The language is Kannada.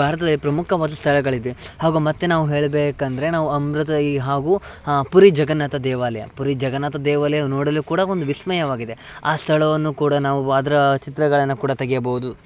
ಭಾರತದಲ್ಲಿ ಪ್ರಮುಖವಾದ ಸ್ಥಳಗಳಿದೆ ಹಾಗೂ ಮತ್ತು ನಾವು ಹೇಳಬೇಕಂದರೆ ನಾವು ಅಮೃತ ಈ ಹಾಗೂ ಹಾಂ ಪುರಿ ಜಗನ್ನಾಥ ದೇವಾಲಯ ಪುರಿ ಜಗನ್ನಾಥ ದೇವಾಲಯ ನೋಡಲು ಕೂಡ ಒಂದು ವಿಸ್ಮಯವಾಗಿದೆ ಆ ಸ್ಥಳವನ್ನು ಕೂಡ ನಾವು ಅದರ ಚಿತ್ರಗಳನ್ನು ಕೂಡ ತೆಗೆಯಬೋದು